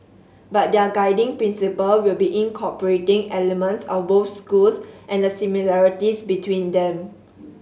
but their guiding principle will be incorporating elements of both schools and the similarities between them